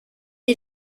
est